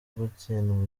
gutsindwa